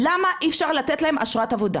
למה אי אפשר לתת להם אשרת עבודה?